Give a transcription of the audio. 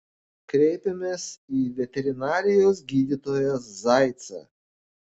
kreipėmės į veterinarijos gydytoją zaicą